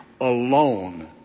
alone